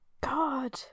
God